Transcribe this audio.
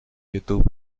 youtube